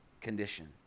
condition